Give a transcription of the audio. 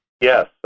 Yes